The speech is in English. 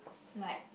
like